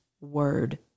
word